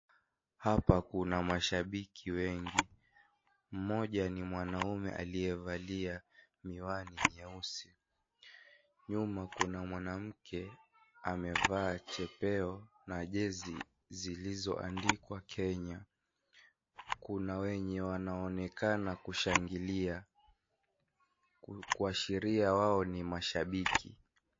Hapa kuna mashabiki wengi, mmoja ni mwanaume aliyevalia miwani nyeusi. Nyuma Kuna mwanamke amevaa chepeo na jezi zilizoandikwa Kenya. Kuna wenye wanaonekana kushangilia, kuashiria wao ni mashabiki.